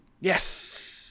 Yes